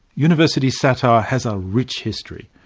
university satire has a rich history.